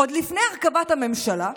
עוד לפני הרכבת הממשלה,